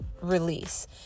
Release